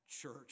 church